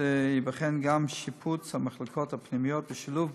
לאחר מכן יהיו שאלות נוספות.